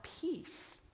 peace